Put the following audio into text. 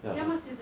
ya